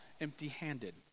empty-handed